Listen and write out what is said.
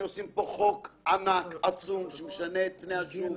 אנחנו עושים פה חוק ענק ועצום שמשנה את פני השוק.